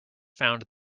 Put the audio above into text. found